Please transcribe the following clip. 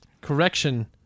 Correction